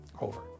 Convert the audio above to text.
over